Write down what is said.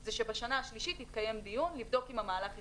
זה שבשנה השלישית יתקיים דיון לבדוק אם המהלך הצליח,